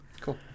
Cool